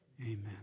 amen